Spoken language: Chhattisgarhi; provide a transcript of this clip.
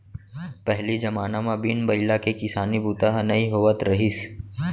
पहिली जमाना म बिन बइला के किसानी बूता ह नइ होवत रहिस